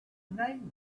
name